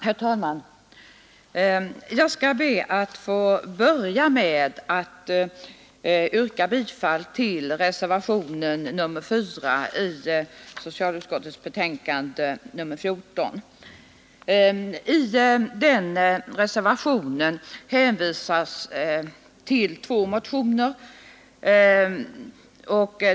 Herr talman! Jag skall be att få börja med att yrka bifall till reservationen 4 i socialutskottets betänkande nr 14. I den reservationen hänvisas till två motioner.